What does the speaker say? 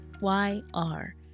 Y-R